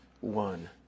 one